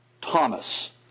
Thomas